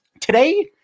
Today